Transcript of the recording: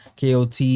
KOT